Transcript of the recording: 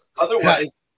otherwise